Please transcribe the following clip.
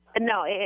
No